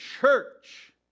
church